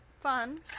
fun